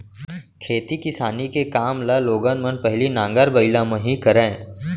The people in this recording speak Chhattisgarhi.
खेती किसानी के काम ल लोगन मन पहिली नांगर बइला म ही करय